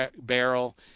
Barrel